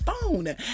phone